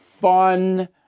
fun